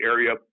Area